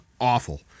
awful